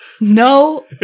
No